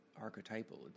archetypal